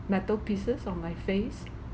metal pieces on my face